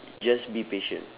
just be patient